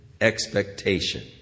expectation